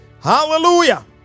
Hallelujah